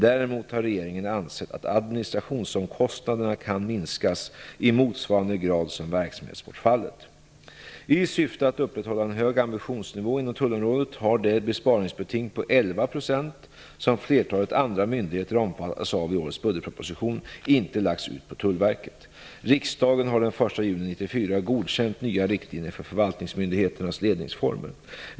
Däremot har regeringen ansett att administrationsomkostnaderna kan minskas i motsvarande grad som verksamhetsbortfallet. I syfte att upprätthålla en hög ambitionsnivå inom tullområdet har det besparingsbeting på 11 % som flertalet andra myndigheter omfattas av i årets budgetproposition inte lagts ut på Tullverket. Riksdagen har den 1 juni 1994 godkänt nya riktlinjer för förvaltningsmyndigheternas ledningsformer.